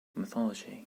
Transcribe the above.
mythology